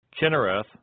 Kinnereth